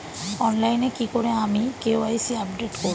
অনলাইনে কি করে আমি কে.ওয়াই.সি আপডেট করব?